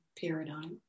paradigm